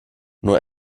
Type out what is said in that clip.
nur